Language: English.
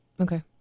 Okay